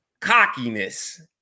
cockiness